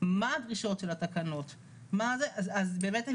מה הדרישות של התקנות - אז באמת הם